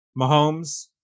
Mahomes